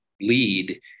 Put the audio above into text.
lead